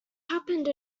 happened